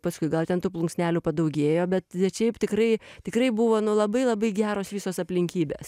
paskui gal ten tų plunksnelių padaugėjo bet šiaip tikrai tikrai buvo nu labai labai geros visos aplinkybės